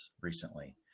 recently